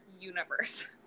universe